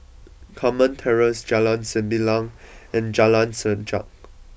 Carmen Terrace Jalan Sembilang and Jalan Sajak